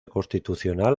constitucional